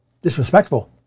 disrespectful